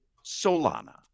Solana